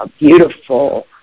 beautiful